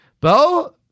Bo